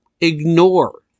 ignore